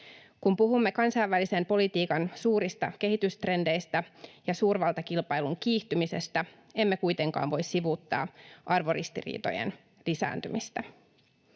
Kun puhumme kansainvälisen politiikan suurista kehitystrendeistä ja suurvaltakilpailun kiihtymisestä, emme kuitenkaan voi sivuuttaa arvoristiriitojen lisääntymistä.